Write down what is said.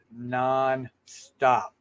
nonstop